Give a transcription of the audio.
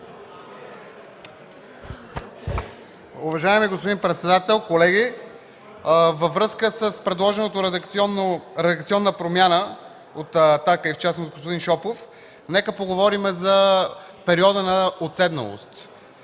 Уважаеми господин председател, колеги! Във връзка с предложената редакционна промяна от „Атака”, в частност – господин Шопов, нека поговорим за периода на уседналост.